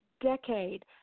decade